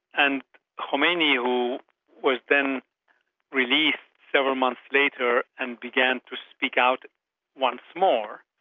and khomeini, who was then released several months later, and began to speak out once more,